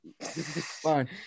Fine